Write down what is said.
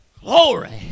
Glory